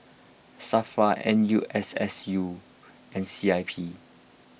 Safra N U S S U and C I P